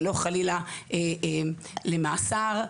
או למאסר,